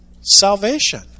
salvation